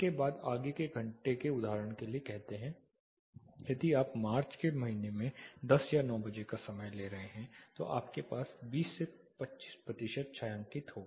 इसके बाद आगे के घंटे उदाहरण के लिए कहते हैं यदि आप मार्च के महीने में दस या 9 बजे का समय ले रहे हैं तो आपके पास केवल 20 से 25 प्रतिशत छायांकित होगा